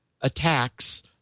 attacks